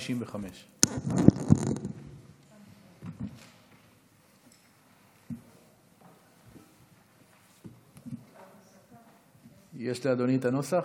מס' 265. יש לאדוני את הנוסח?